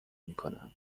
میکنم